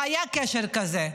היה קשר כזה.